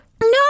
No